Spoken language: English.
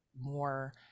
more